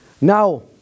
Now